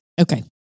Okay